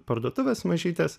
parduotuvės mažytės